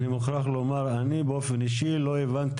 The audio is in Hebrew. אני מוכרח לומר שבאופן אישי לא הבנתי